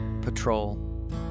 patrol